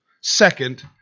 Second